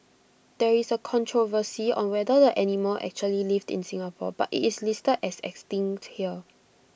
there is controversy on whether the animal actually lived in Singapore but IT is listed as 'Extinct' here